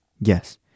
yes